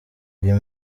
uyu